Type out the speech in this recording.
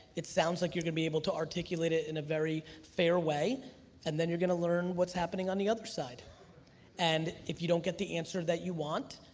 it sounds like you're gonna be able to articulate it in a very fair way and then you're gonna learn what's happening on the other side and if you don't get the answer that you want,